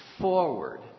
forward